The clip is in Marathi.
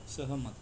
सहमत